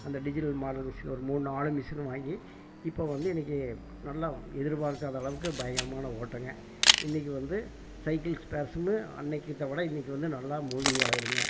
அந்த digital model machine ஒரு மூணு நாலு மிஷின் வாங்கி இப்போ வந்து இன்னைக்கு நல்லா எதிர் பார்க்காத அளவுக்கு பயங்கரமான ஓட்டம்ங்க இன்னைக்கு வந்து சைக்கிள் ஸ்பேர்ஸ்ன்னு அன்னைக்கு இருந்ததை விட இன்னைக்கு வந்து நல்லா மூவிங் ஆகுதுங்க